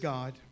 God